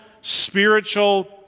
spiritual